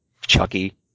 Chucky